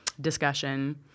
discussion